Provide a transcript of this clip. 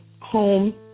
home